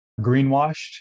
greenwashed